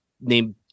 named